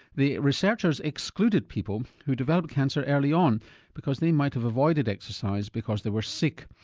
the researchers excluded people who developed cancer early on because they might have avoided exercise because they were sick.